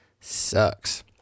sucks